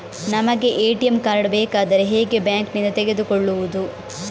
ನಮಗೆ ATM card ಬೇಕಾದ್ರೆ ಹೇಗೆ ಬ್ಯಾಂಕ್ ನಿಂದ ತೆಗೆದುಕೊಳ್ಳುವುದು?